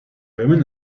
woman